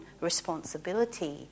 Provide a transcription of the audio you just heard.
responsibility